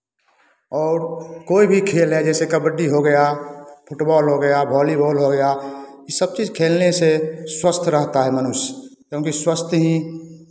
और कोई भी खेल है जैसे कबड्डी हो गया फुटबॉल हो गया भॉलीवॉल हो गया ये सब चीज़ खेलने से स्वस्थ रहता है मनुष्य क्योंकि स्वास्थ्य ही